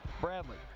Bradley